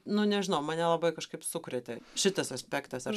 nu nežinau mane labai kažkaip sukrėtė šitas aspektas aš